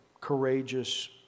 courageous